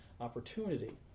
opportunity